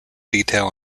detail